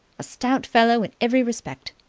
a stout fellow in every respect.